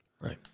Right